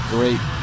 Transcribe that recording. Great